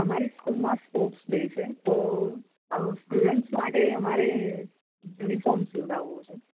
અમારી સ્કૂલમાં sports day છે તો સ્ટડન્ટ્સ માટે અમારે યુનિફોર્મ સીવડાવવો છે